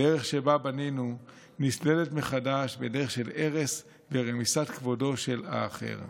הדרך שבה בנינו נסללת מחדש בדרך של הרס ורמיסת כבודו של האחר.